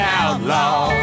outlaw